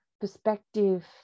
perspective